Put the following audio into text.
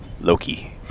Loki